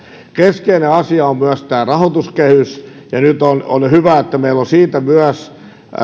keskeinen asia on myös tämä rahoituskehys ja nyt on on hyvä että meillä on siitä olemassa